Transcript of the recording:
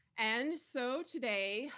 and so, today,